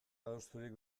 adosturik